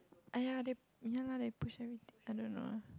!aiya! they ya lah they push everything I don't know